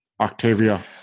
Octavia